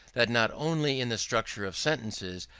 that not only in the structure of sentences,